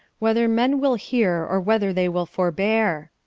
whether men will hear or whether they will forbear.